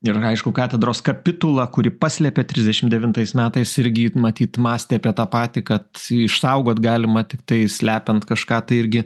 ir aišku katedros kapitula kuri paslepia trisdešim devintais metais irgi matyt mąstė apie tą patį kad išsaugot galima tiktai slepiant kažką tai irgi